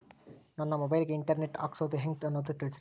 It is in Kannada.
ನನ್ನ ಮೊಬೈಲ್ ಗೆ ಇಂಟರ್ ನೆಟ್ ಹಾಕ್ಸೋದು ಹೆಂಗ್ ಅನ್ನೋದು ತಿಳಸ್ರಿ